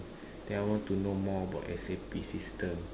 then I want to know more about S_A_P system